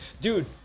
dude